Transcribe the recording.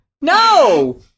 No